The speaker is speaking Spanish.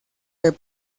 del